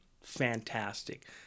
fantastic